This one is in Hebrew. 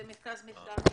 ממרכז המחקר והמידע.